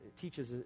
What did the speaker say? teaches